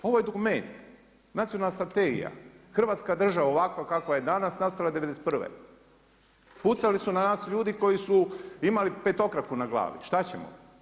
Ovo je dokument, nacionalna strategija, hrvatska država ovakva kakva je danas, nastala je '91. pucali su na nas ljudi koji su imali petokraku na glavi, šta ćemo?